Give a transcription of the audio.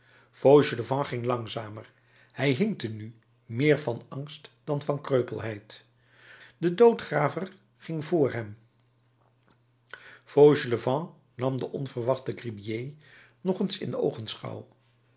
fauchelevent ging langzamer hij hinkte nu meer van angst dan van kreupelheid de doodgraver ging voor hem fauchelevent nam den onverwachten gribier nog eens in